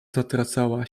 zatracała